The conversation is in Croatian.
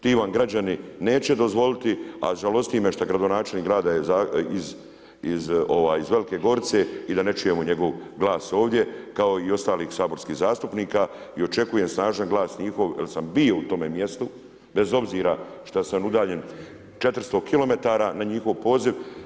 Ti vam građani neće dozvoliti, a žalosti me što gradonačelnik grada iz Velike Gorice i da ne čujemo njegov glas ovdje kao i ostalih saborskih zastupnika i očekujem snažan glas njihov jel sam bio u tome mjestu, bez obzira šta sam udaljen 400km na njihov poziv.